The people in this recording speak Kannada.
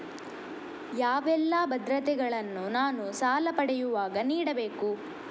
ಯಾವೆಲ್ಲ ಭದ್ರತೆಗಳನ್ನು ನಾನು ಸಾಲ ಪಡೆಯುವಾಗ ನೀಡಬೇಕು?